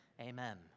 amen